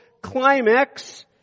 climax